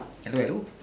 hello hello